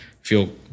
feel